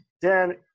Dan